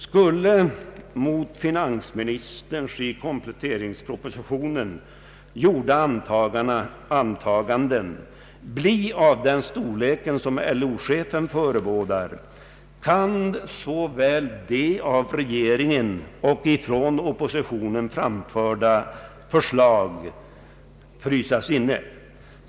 Skul le de — mot finansministerns i kompletteringspropositionen gjorda antaganden — bli av den storlek som LO chefen förebådar kan såväl de av regeringen som de av oppositionen framförda förslagen frysas inne.